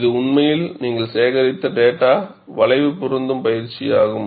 இது உண்மையில் நீங்கள் சேகரித்த டேட்டா வளைவு பொருத்தும் பயிற்சியாகும்